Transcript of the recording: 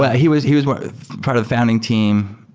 well, he was he was more part of the founding team.